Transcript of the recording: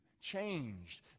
changed